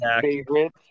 favorite